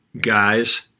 guys